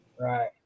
Right